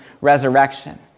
resurrection